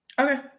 Okay